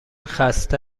خسته